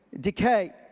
decay